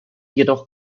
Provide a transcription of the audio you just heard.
jedoch